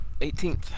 18th